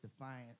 defiance